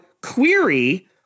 query